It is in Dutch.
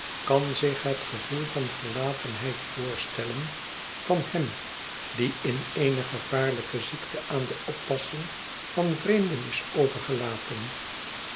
kan zich het gevoel van verlatenheid voorstellen van hem die in eene gevaarlijke ziekte aan de oppassing van vreemden is overgelaten